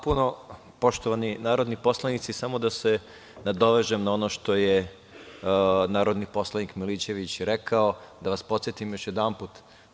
Poštovani narodni poslanici, samo da se nadovežem na ono što je narodni poslanik Milićević rekao, da vas podsetim još jednom.